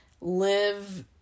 live